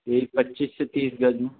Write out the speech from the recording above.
جی پچیس سے تیس گز میں